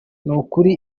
nukuri